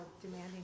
demanding